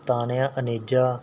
Tania Aneja